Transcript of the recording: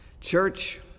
Church